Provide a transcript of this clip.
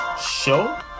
show